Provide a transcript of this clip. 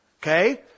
Okay